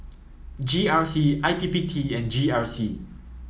G R C I P P T and G R C